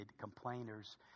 complainers